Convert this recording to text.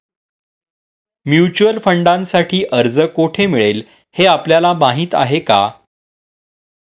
Mutual फंडांसाठी अर्ज कोठे मिळेल हे आपल्याला माहीत आहे का?